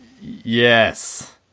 Yes